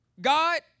God